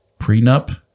Prenup